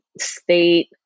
state